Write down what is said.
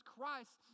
Christ